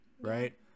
right